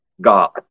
God